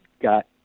got